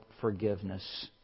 forgiveness